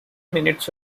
minutes